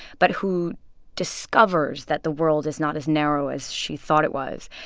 but who discovers that the world is not as narrow as she thought it was,